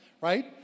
right